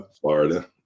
Florida